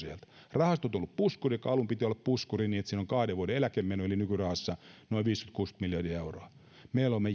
rahastot ovat olleet puskuri jonka alun perin piti olla puskuri jossa on kahden vuoden eläkemeno eli nykyrahassa noin viisikymmentä viiva kuusikymmentä miljardia euroa me